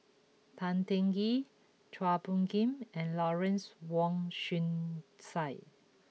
Tan Teng Kee Chua Phung Kim and Lawrence Wong Shyun Tsai